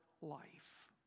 life